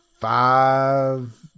five